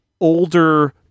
older